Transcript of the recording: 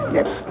Yes